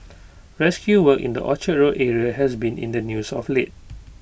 rescue work in the Orchard road area has been in the news of late